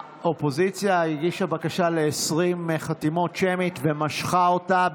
האופוזיציה הגישה בקשה של 20 חתימות להצבעה שמית ומשכה אותה.